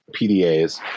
PDAs